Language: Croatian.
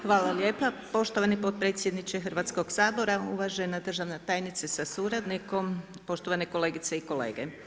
Hvala lijepa poštovani potpredsjedniče Hrvatskoga sabora, uvažena državna tajnice sa suradnikom, poštovane kolegice i kolege.